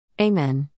Amen